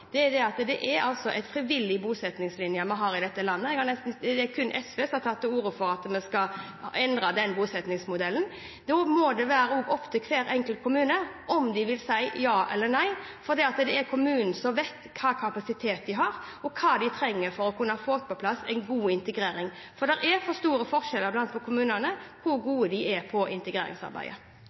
det er at det er en frivillig bosettingslinje vi har i dette landet – det er kun SV som har tatt til orde for at vi skal endre den bosettingsmodellen – og da må det være opp til hver enkelt kommune om de vil si ja eller nei, for det er kommunene som vet hvilken kapasitet de har, og hva de trenger for å få på plass en god integrering. Det er store forskjeller blant kommunene på hvor gode de er på integreringsarbeidet.